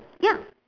ya